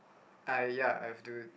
uh ya I have